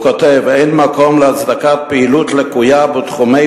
הוא כותב: "אין מקום להצדקת פעילות לקויה בתחומי